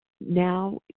now